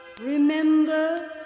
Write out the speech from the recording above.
Remember